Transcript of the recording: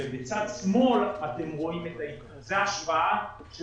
בצד שמאל אתם רואים את ההשוואה של